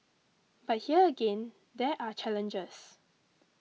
but here again there are challenges